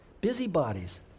Busybodies